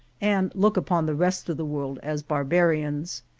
and look upon the rest of the world as barbarians.